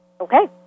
Okay